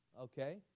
Okay